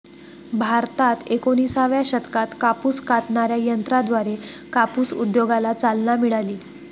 भारतात एकोणिसाव्या शतकात कापूस कातणाऱ्या यंत्राद्वारे कापूस उद्योगाला चालना मिळाली